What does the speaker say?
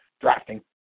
drafting